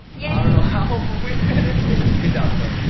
yeah i don't know how, but we finished it. good job, sorn.